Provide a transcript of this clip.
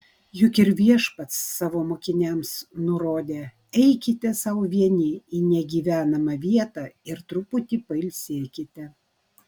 juk ir viešpats savo mokiniams nurodė eikite sau vieni į negyvenamą vietą ir truputį pailsėkite